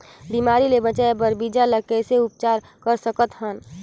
बिमारी ले बचाय बर बीजा ल कइसे उपचार कर सकत हन?